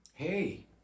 Hey